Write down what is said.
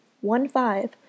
one-five